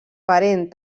parent